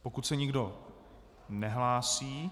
Pokud se nikdo nehlásí...